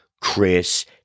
Chris